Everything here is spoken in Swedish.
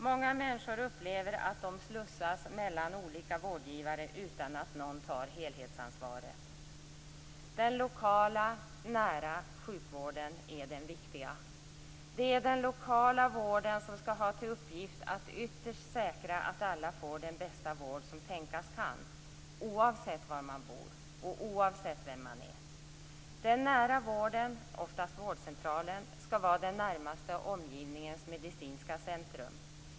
Många människor upplever att de slussas mellan olika vårdgivare utan att någon tar helhetsansvaret. Den lokala, nära sjukvården är den viktiga. Det är den lokala vården som skall ha till uppgift att ytterst säkra att alla får den bästa vård som tänkas kan, oavsett var man bor eller vem man är. Den nära vården, oftast vårdcentralen, skall vara den närmaste omgivningens medicinska centrum.